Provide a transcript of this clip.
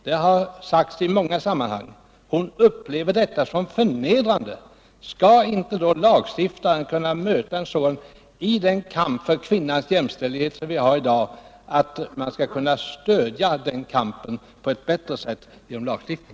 Det har omvittnats i många sammanhang. Skall då inte lagstiftaren kunna möta kvinnan i den kamp för jämställdhet som råder i dag? Kan man inte genom lagstiftningen på ett bättre sätt stödja den kampen?